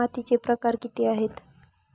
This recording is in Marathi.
मातीचे प्रकार किती आहेत?